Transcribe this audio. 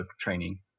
training